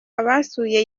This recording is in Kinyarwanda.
abasuye